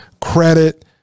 credit